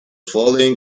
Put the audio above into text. falling